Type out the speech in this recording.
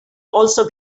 also